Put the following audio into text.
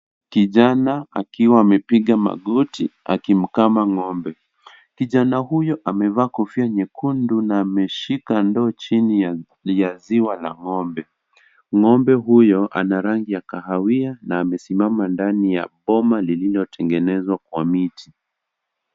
KIjana akiwa amepiga magoti akimkama ng'ombe. Kijana huyo amevaa kofia nyekundu na ameshika ndoo chini ya ziwa la ng'ombe. Ng'ombe huyu ana rangi ya kahawia na anasimama ndani ya boma lililotengezwa kwa miti.